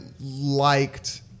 liked